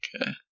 okay